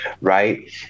right